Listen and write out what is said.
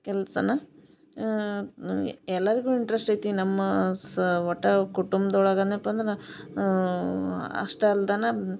ಕೆಲಸನ ನಮಗೆ ಎಲ್ಲರಿಗು ಇಂಟ್ರಸ್ಟ್ ಐತಿ ನಮ್ಮಾ ಸಾ ಒಟ್ಟಾವು ಕುಟುಂಬದೊಳಗ ಅನ್ಯಪ್ಪ ಅಂದರ ನಾ ಅಷ್ಟ ಅಲ್ದನ